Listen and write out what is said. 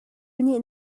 nih